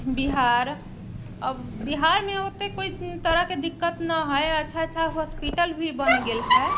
बिहार अब बिहारमे अब ओतेक तरहके कोइ दिक्कत नहि हय अच्छा अच्छा हॉस्पिटल भी बन गेल हय